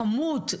הכמות,